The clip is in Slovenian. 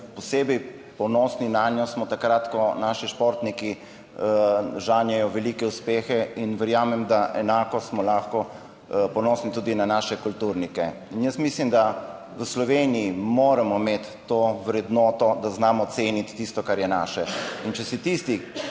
posebej ponosni nanjo, smo takrat, ko naši športniki žanjejo velike uspehe in verjamem, da enako smo lahko ponosni tudi na naše kulturnike in jaz mislim, da v Sloveniji moramo imeti to vrednoto, da znamo ceniti tisto, kar je naše in če si tisti,